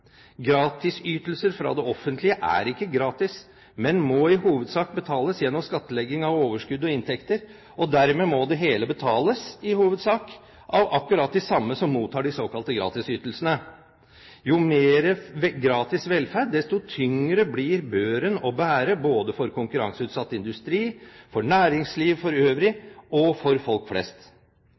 Gratisytelser fra det offentlige er ikke gratis, men må i hovedsak betales gjennom skattlegging av overskudd og inntekter, og dermed må det hele betales – i hovedsak – av akkurat de samme som mottar de såkalte gratisytelsene. Jo mer gratis velferd, desto tyngre blir børen å bære både for konkurranseutsatt industri, for næringsliv for øvrig og for folk flest.